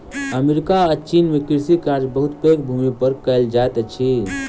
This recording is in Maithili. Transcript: अमेरिका आ चीन में कृषि कार्य बहुत पैघ भूमि पर कएल जाइत अछि